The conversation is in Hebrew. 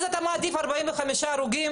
אז אתה מעדיף 45 הרוגים?